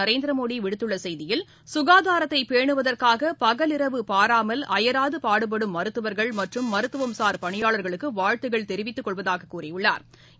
நரேந்திரமோடி விடுத்துள்ள செய்தியில் சுகாதாரத்தை பேனுவதற்காக பகலிரவு பாராமல் அபராது பாடுபடும் மருத்துவர்கள் மற்றும் மருத்துவசார் பனியாளர்களுக்கு வாழ்த்துகள் தெரிவித்துக் கொள்வதாக கூறியுள்ளாா்